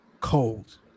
Cold